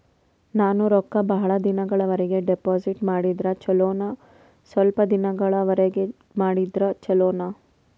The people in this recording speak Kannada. ನಾನು ರೊಕ್ಕ ಬಹಳ ದಿನಗಳವರೆಗೆ ಡಿಪಾಜಿಟ್ ಮಾಡಿದ್ರ ಚೊಲೋನ ಸ್ವಲ್ಪ ದಿನಗಳವರೆಗೆ ಮಾಡಿದ್ರಾ ಚೊಲೋನ?